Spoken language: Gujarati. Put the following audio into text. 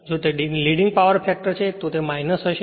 જો તે લીડિંગ પાવર ફેક્ટર છે તો તે હશે